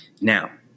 Now